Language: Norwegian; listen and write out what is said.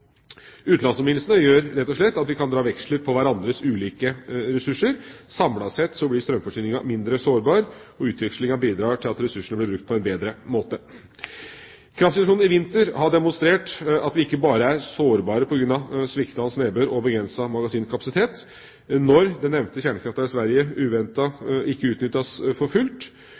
Utenlandsforbindelsene gjør rett og slett at vi kan dra veksler på hverandres ulike ressurser. Samlet sett blir strømforsyninga mindre sårbare, og utvekslinga bidrar til at ressursene blir brukt på en bedre måte. Kraftsituasjonen i vinter har demonstrert at vi ikke bare er sårbare på grunn av sviktende nedbør og begrenset magasinkapasitet. Når den nevnte kjernekrafta i Sverige uventet ikke utnyttes for fullt,